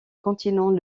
continent